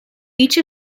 each